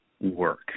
work